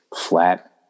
flat